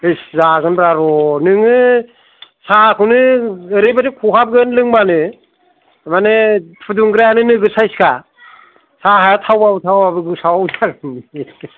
इस जागोरब्रा र' नोङो हाब साहाखौनो एरैबादि खहाबगोन लोंबानो माने फुदुंग्रायानो नोगोद सायजखा